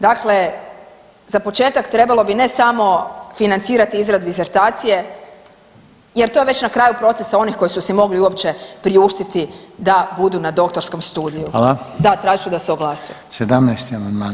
Dakle, za početak trebalo bi ne samo financirati izradu disertacije jer to je već na kraju procesa onih koji su si mogli uopće priuštiti da budu na doktorskom studiju [[Upadica: Hvala.]] da tražit ću da se glasuje.